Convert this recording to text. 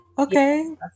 Okay